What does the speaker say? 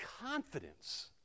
confidence